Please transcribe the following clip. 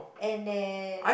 and then